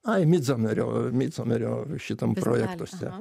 ai midsomerio midsomerio šitam projektuose